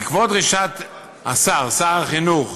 בעקבות דרישת השר, שר החינוך